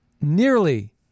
nearly